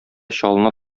чалына